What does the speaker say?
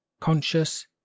Conscious